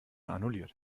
annulliert